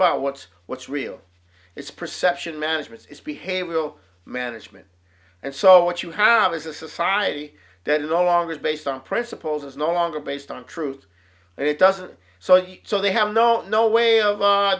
about what's what's real it's perception management it's behavioral management and so what you have is a society that is no longer based on principles it's no longer based on truth and it doesn't so you so they have no no way of